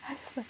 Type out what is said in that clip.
I was like